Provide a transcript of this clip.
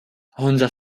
honza